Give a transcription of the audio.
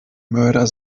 mörder